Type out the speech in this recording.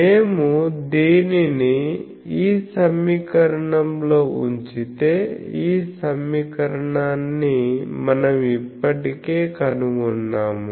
మేము దీనిని ఈ సమీకరణంలో ఉంచితే ఈ సమీకరణాన్ని మనం ఇప్పటికే కనుగొన్నాము